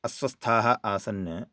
अस्वस्थाः आसन्